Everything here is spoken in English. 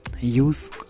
use